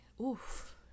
oof